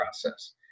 process